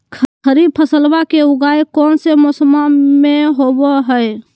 खरीफ फसलवा के उगाई कौन से मौसमा मे होवय है?